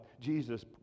Jesus